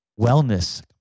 wellness